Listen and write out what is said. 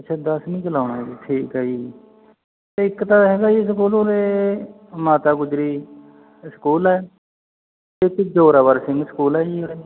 ਅੱਛਾ ਦਸਵੀਂ 'ਚ ਲਾਉਣਾ ਜੀ ਠੀਕ ਹੈ ਜੀ ਤੇ ਇੱਕ ਤਾਂ ਹੈਗਾ ਜੀ ਸਕੂਲ ਉਰੇ ਮਾਤਾ ਗੁਜਰੀ ਸਕੂਲ ਹੈ ਤੇ ਇੱਕ ਜ਼ੋਰਾਵਰ ਸਿੰਘ ਸਕੂਲ ਹੈ ਜੀ ਉਰੇ